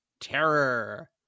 terror